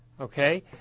okay